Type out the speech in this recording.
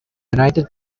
united